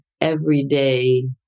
everyday